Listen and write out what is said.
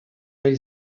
hil